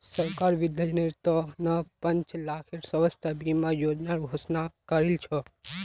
सरकार वृद्धजनेर त न पांच लाखेर स्वास्थ बीमा योजनार घोषणा करील छ